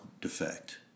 defect